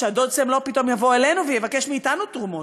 שהדוד סם לא יבוא אלינו פתאום ויבקש מאתנו תרומות.